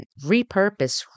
repurpose